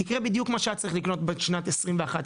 יקרה בדיוק מה שהיה צריך לקרות בשנת 21-22,